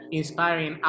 inspiring